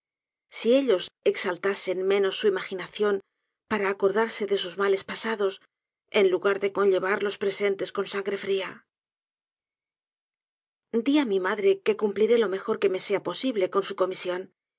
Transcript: si ellos exaltasen menos su imaginación para acordarse de sus males pasados en lugar de conllevar los presentes con sangre fría di á mi madre que cumpliré lo mejor que me sea posible con su comisión